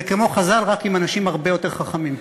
זה כמו חז"ל, רק עם אנשים הרבה יותר חכמים.